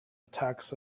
attacks